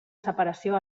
separació